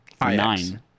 Nine